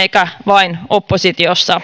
eikä vain oppositiossa